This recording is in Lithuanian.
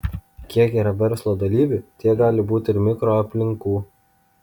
kiek yra verslo dalyvių tiek gali būti ir mikroaplinkų